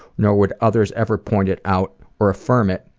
nor would others ever point it out or affirm it.